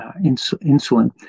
insulin